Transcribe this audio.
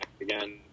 again